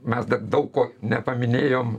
mes dar daug ko nepaminėjom